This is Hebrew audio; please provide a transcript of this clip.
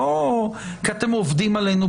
לא כי אתם "עובדים עלינו",